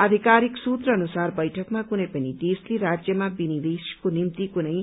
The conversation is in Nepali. आधिकारिक सूत्र अनुसार बैठकमा कुनै पनि देशले राज्यमा विनिवेशको निम्ति कुनै